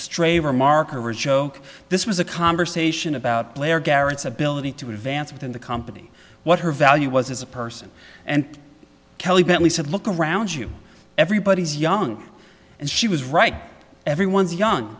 stray remark or a joke this was a conversation about player garrets ability to advancement in the company what her value was as a person and kelly bentley said look around you everybody is young and she was right everyone's young